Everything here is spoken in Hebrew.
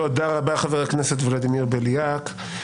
תודה רבה, חבר הכנסת ולדימיר בליאק.